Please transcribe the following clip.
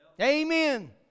Amen